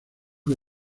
que